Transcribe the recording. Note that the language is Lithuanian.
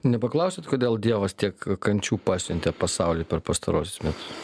nepaklausėt kodėl dievas tiek kančių pasiuntė pasauliui per pastaruosius metus